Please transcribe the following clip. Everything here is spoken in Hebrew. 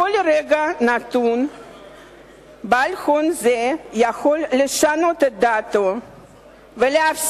ובכל רגע נתון בעל הון זה יכול לשנות את דעתו ולהפסיק